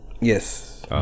Yes